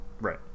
Right